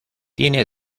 tiene